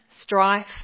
strife